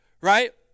right